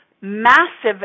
massive